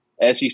SEC